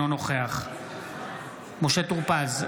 אינו נוכח משה טור פז,